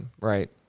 right